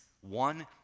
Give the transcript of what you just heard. One